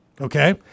Okay